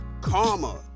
Karma